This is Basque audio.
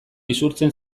isurtzen